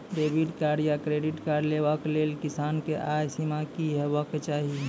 Debit या credit card लेवाक लेल किसानक आय सीमा की हेवाक चाही?